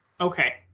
Okay